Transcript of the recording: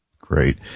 Great